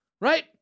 right